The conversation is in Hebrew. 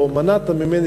או מנעת ממני,